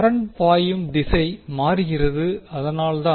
current பாயும் திசை மாறுகிறது அதனால்தான்